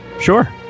Sure